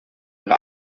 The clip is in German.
ihre